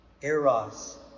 Eros